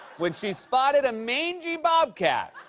when she spotted a mangy bobcat,